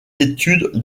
études